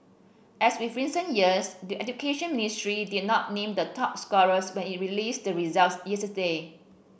as with recent years the Education Ministry did not name the top scorers when it released the results yesterday